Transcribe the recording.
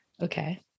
Okay